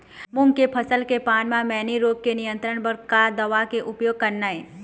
मूंग के फसल के पान म मैनी रोग के नियंत्रण बर का दवा के उपयोग करना ये?